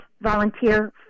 volunteer